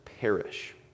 perish